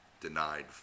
denied